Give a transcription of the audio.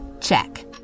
Check